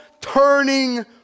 turning